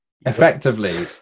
effectively